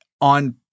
On